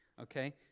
Okay